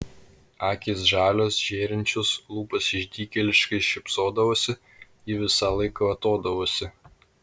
akys žalios žėrinčios lūpos išdykėliškai šypsodavosi ji visąlaik kvatodavosi